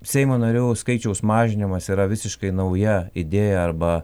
seimo narių skaičiaus mažinimas yra visiškai nauja idėja arba